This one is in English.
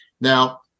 Now